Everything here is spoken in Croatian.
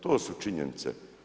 To su činjenice.